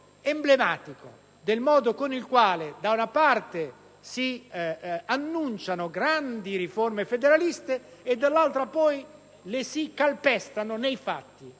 emblematico del modo con il quale da una parte si annunciano grandi riforme federaliste e dall'altra poi le si calpestano nei fatti.